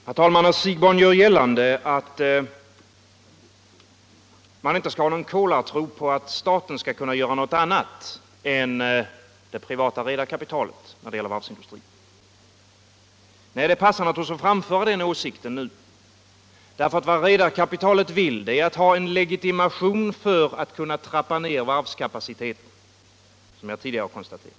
Herr talman! Herr Siegbahn gör gällande att man inte skall ha någon kolartro på att staten skall kunna göra något annat än det privata redarkapitalet när det gäller varvsindustrin. Det passar naturligtvis att framföra den åsikten nu. Vad redarkapitalet vill är att ha en legitimation för att kunna trappa ner varvskapaciteten — vilket jag tidigare konstaterat.